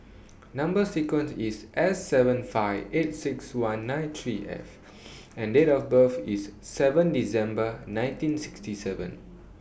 Number sequence IS S seven five eight six one nine three F and Date of birth IS seven December nineteen sixty seven